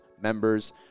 members